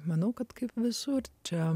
manau kad kaip visur čia